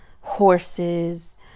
horses